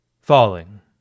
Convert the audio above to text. falling